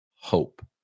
hope